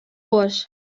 oars